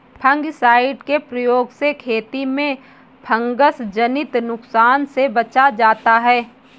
fungicide के प्रयोग से खेती में फँगसजनित नुकसान से बचा जाता है